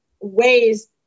ways